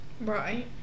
Right